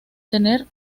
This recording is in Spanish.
tener